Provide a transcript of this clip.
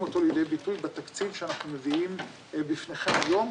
אותו לידי ביטוי בתקציב שאנחנו מביאים בפניכם היום,